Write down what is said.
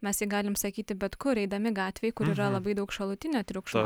mes jį galim sakyti bet kur eidami gatvėj kur yra labai daug šalutinio triukšmo